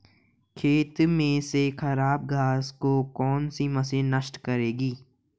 खेत में से खराब घास को कौन सी मशीन नष्ट करेगी?